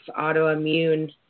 autoimmune